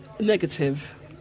Negative